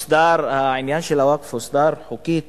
שהעניין של הווקף הוסדר חוקית